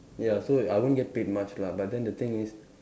ya so I won't get paid much lah but then the thing is